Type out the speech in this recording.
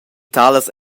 talas